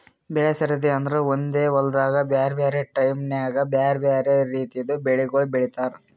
ಬೆಳೆ ಸರದಿ ಅಂದುರ್ ಒಂದೆ ಹೊಲ್ದಾಗ್ ಬ್ಯಾರೆ ಬ್ಯಾರೆ ಟೈಮ್ ನ್ಯಾಗ್ ಬ್ಯಾರೆ ಬ್ಯಾರೆ ರಿತಿದು ಬೆಳಿಗೊಳ್ ಬೆಳೀತಾರ್